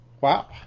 Wow